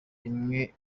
imwe